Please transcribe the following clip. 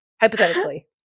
Hypothetically